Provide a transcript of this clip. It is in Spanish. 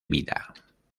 vida